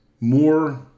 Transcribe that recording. more